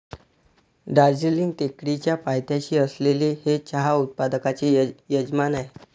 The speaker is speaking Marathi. दार्जिलिंग टेकडीच्या पायथ्याशी असलेले हे चहा उत्पादकांचे यजमान आहे